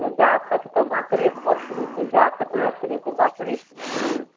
आओर जाकट तऽ बाँतरे खोतरे होइ छै जाकट मछरी तऽ बाँतरे छै हुँ